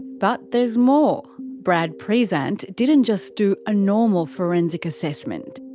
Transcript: but there's more. brad prezant didn't just do a normal forensic assessment.